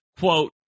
Quote